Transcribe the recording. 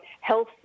health